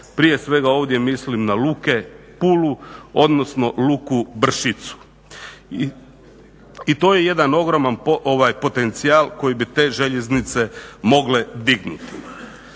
Prije svega ovdje mislim na luke Pulu odnosno luku Bršicu. I to je jedan ogroman potencijal koje bi te željeznice mogle dignuti.